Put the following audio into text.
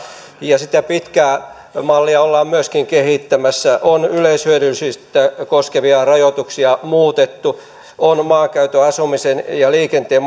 ja sitä pitkää mallia ollaan myöskin kehittämässä on yleishyödyllisyyttä koskevia rajoituksia muutettu on maankäytön asumisen ja liikenteen